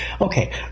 okay